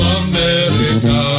america